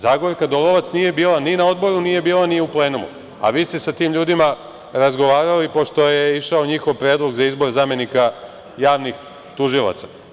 Zagorka Dolovac nije bila ni na Odboru ni na plenumu, a vi ste sa tim ljudima razgovarali, pošto je išao njihov predlog za izbor zamenika javnih tužilaca.